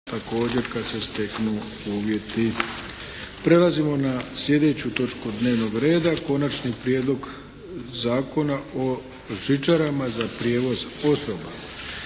**Arlović, Mato (SDP)** Prelazimo na sljedeću točku dnevnog reda: - Konačni prijedlog zakona o žičarama za prijevoz osoba,